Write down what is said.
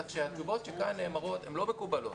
כך שהתשובות שכאן נאמרות הן לא מקובלות.